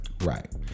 Right